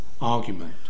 argument